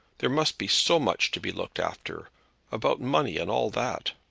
there must be so much to be looked after about money and all that.